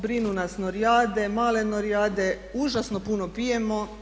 Brinu nas norijade, male norijade, užasno puno pijemo.